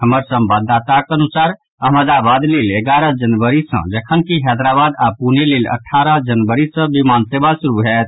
हमर संवाददाताक अनुसार अहमदाबादक लेल एगारह जनवरी सँ जखनकि हैदराबाद आओर पुणे लेल अठारह जनवरी सँ विमान सेवा शुरू होयत